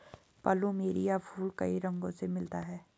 plumeria फूल कई रंगो में मिलता है